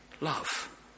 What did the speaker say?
love